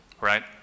right